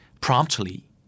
promptly